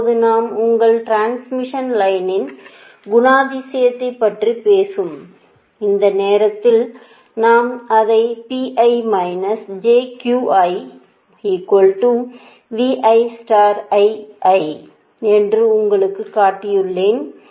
இப்போது நாம் உங்கள் டிரான்ஸ்மிஷன் லைனின் குணாதிசயத்தைப் பற்றி பேசும் அந்த நேரத்தில் நான் அதை என்று உங்களுக்குக் காட்டினேன்